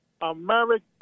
America